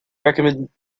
recommendations